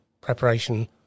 preparation